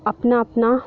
अपना अपना